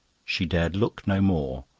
she dared look no more,